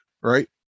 right